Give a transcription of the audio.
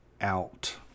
out